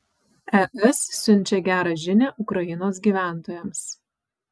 es siunčia gerą žinią ukrainos gyventojams